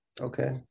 okay